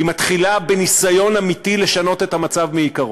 היא מתחילה בניסיון אמיתי לשנות את המצב מעיקרו.